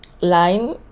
line